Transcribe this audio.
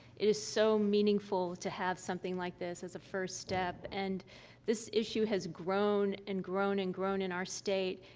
it is so meaningful to have something like this as a first step. and this issue has grown and grown and grown in our state,